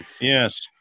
Yes